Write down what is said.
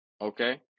Okay